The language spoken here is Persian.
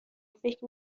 فکر